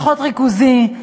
פחות ריכוזי,